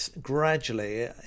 gradually